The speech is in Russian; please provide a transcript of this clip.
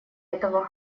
этого